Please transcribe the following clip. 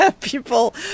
People